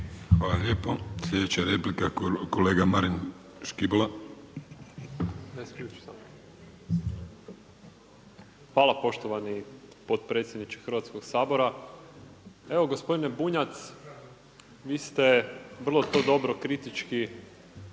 Hvala lijepo. Slijedeća replika Marin Škibola. **Škibola, Marin (Nezavisni)** Hvala poštovani potpredsjedniče Hrvatskoga sabora. Evo gospodine Bunjac, vi ste vrlo to dobro kritički